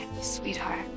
sweetheart